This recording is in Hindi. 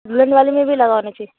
दुल्हन वाले में भी लगा होना चाहिए